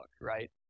right